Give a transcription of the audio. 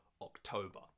October